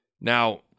Now